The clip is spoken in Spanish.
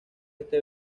este